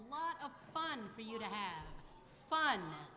lot of fun for you to have fun